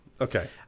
Okay